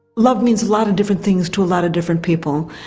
love means a lot of different things to a lot of different people.